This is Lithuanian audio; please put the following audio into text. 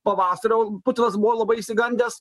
pavasario putinas buvo labai išsigandęs